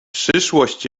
przyszłość